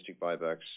buybacks